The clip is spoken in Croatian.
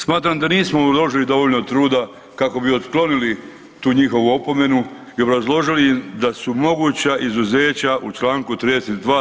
Smatram da nismo uložili dovoljno truda kako bi otklonili tu njihovu opomeni i obrazložili da su moguća izuzeća u čl. 32.